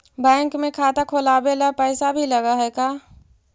Bank में खाता खोलाबे ल पैसा भी लग है का?